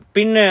Pin